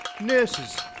nurses